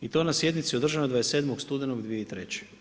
I to na sjednici održanoj 27. studenog 2003.